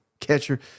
catcher